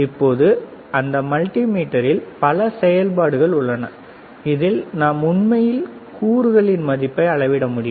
இப்போது இந்த மல்டிமீட்டரில் பல செயல்பாடுகள் உள்ளன இதில் நாம் உண்மையில் கூறுகளின் மதிப்பை அளவிட முடியும்